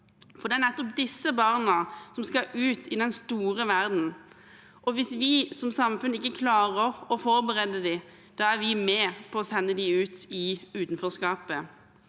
For det er nettopp disse barna som skal ut i den store verden, og hvis vi som samfunn ikke klarer å forberede dem, er vi med på å sende dem ut i utenforskapet.